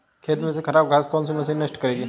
खेत में से खराब घास को कौन सी मशीन नष्ट करेगी?